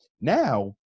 Now